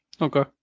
Okay